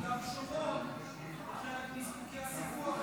ביהודה ושומרון --- הסיפוח.